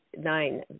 nine